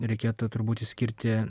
reikėtų turbūt išskirti